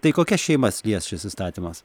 tai kokias šeimas lies šis įstatymas